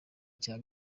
icya